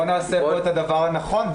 בוא נעשה כאן את הדבר הנכון.